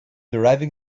arriving